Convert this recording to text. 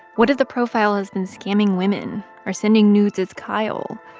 what if the profile has been scamming women or sending nudes as kyle?